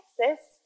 Texas